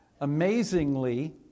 amazingly